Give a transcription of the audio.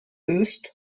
ist